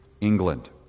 England